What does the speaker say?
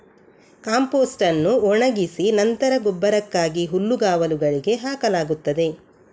compost ಅನ್ನು ಒಣಗಿಸಿ ನಂತರ ಗೊಬ್ಬರಕ್ಕಾಗಿ ಹುಲ್ಲುಗಾವಲುಗಳಿಗೆ ಹಾಕಲಾಗುತ್ತದೆ